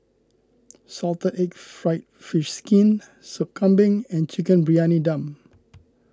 Salted Egg Fried Fish Skin Sup Kambing and Chicken Briyani Dum